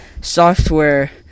software